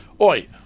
Oi